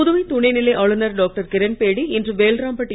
புதுவை துணைநிலை ஆளுநர் டாக்டர் கிரண்பேடி இன்று வேல்ராம்பெட்